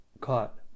caught